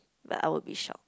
like I will be shock